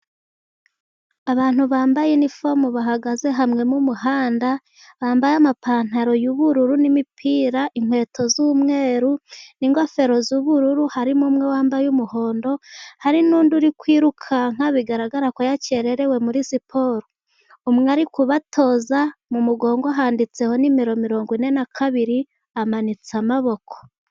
Abantu bambaye inifomu bahagaze hamwe mu muhanda, bambaye amapantaro y'ubururu n'imipira, inkweto z'umweru n'ingofero z'ubururu, harimo umwe wambaye umuhondo, hari n'undi uri kwirukanka bigaragara ko yakererewe muri siporo. Umwe ari kubatoza, mu mugongo handitseho nimero mirongo ine na kabiri, amanitse amaboko.